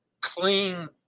clean